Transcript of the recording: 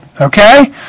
okay